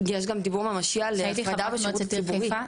יש גם דיבור ממשי על הפרדה בשירות הציבורי.